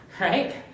Right